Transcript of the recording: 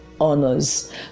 honors